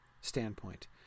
standpoint